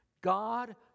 God